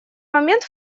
момент